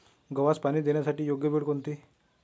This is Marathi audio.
गव्हास पाणी देण्याची योग्य वेळ कोणती?